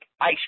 ice